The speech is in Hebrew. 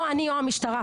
או אני או המשטרה,